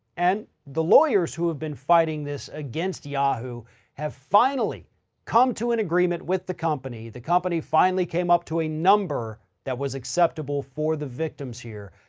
and the lawyers who have been fighting this against yahoo have finally come to an agreement with the company. the company finally came up to a number that was acceptable for the victims here.